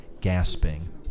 gasping